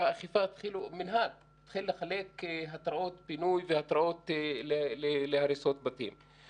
המנהל התחיל לחלק התראות פינוי והתראות להריסות בתים.